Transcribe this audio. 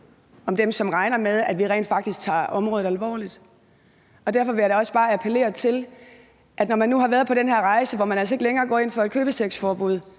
om dem, som regner med, at vi rent faktisk tager området alvorligt, og derfor vil jeg da også bare appellere til, at når man nu har været på den her rejse i Socialdemokratiet, hvor man altså ikke længere går ind for et købesexforbud,